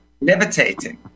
levitating